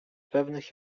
pewnych